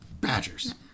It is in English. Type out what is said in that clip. Badgers